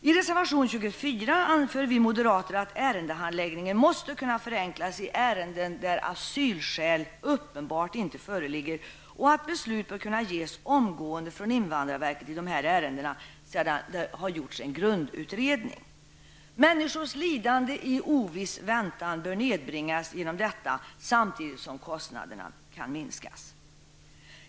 I reservation 24 anför vi moderater att ärendehandläggningen måste kunna förenklas i ärenden där asylskäl uppenbart inte föreligger och att beslut bör kunna ges omgående från invandrarverket i dessa ärenden sedan det har gjorts en grundutredning. Människors lidande i oviss väntan bör nedbringas genom detta, samtidigt som kostnaderna kan minskas.